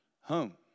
home